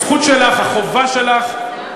הזכות שלך, החובה שלך,